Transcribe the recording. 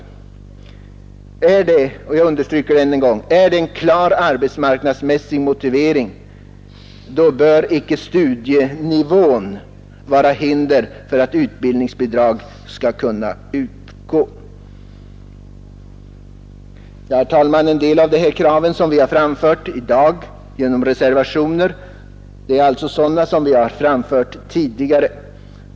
Är det — jag understryker det än en gång — en klar arbetsmarknadsmässig motivering, då bör icke studienivån vara hinder för att utbildningsbidrag skall kunna utgå. Herr talman! En del av de krav som vi nu framfört genom reservationerna är sådana som vi har framfört tidigare.